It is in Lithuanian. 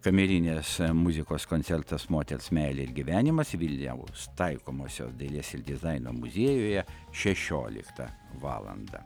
kamerinės muzikos koncertas moters meilė ir gyvenimas vilniaus taikomosios dailės ir dizaino muziejuje šešioliktą valandą